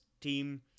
team